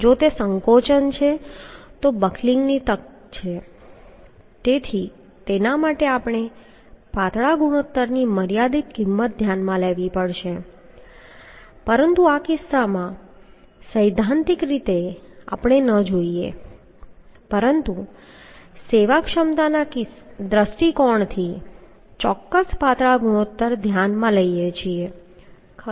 જો તે સંકોચન છે તો બકલિંગની તક છે તેથી તેના માટે આપણે પાતળા ગુણોત્તરની મર્યાદિત કિંમત ધ્યાનમાં લેવી પડશે પરંતુ આ કિસ્સામાં સૈદ્ધાંતિક રીતે આપણે ન જોઈએ પરંતુ સેવાક્ષમતાના દૃષ્ટિકોણથી ચોક્કસ પાતળા ગુણોત્તર ધ્યાનમાં લઈએ છીએ ખરું